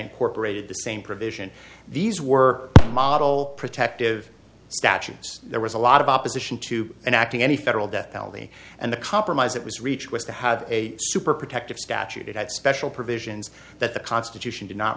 incorporated the same provision these were model protective statutes there was a lot of opposition to an act in any federal death penalty and the compromise that was reach was to have a super protective statute it had special provisions that the constitution did not